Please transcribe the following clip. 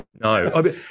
No